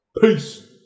Peace